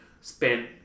spent